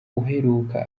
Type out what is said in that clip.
uheruka